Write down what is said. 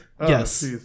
Yes